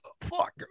fuck